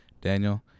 Daniel